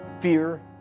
fear